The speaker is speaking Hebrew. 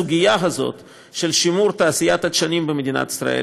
הסוגיה של שימור תעשיית הדשנים במדינת ישראל,